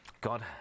God